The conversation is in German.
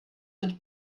mit